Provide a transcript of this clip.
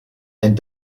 and